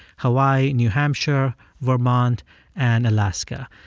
hawaii, new hampshire, vermont and alaska.